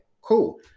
cool